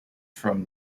from